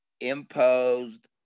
imposed